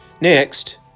Next